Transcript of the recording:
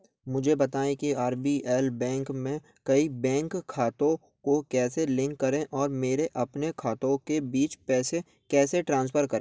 मुझे बताएँ कि आर बी एल बैंक में कई बैंक खातों को कैसे लिंक करें और मेरे अपने खातों के बीच पैसे कैसे ट्रांसफ़र करें